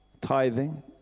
tithing